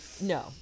No